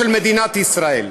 הן של מדינת ישראל.